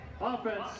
Offense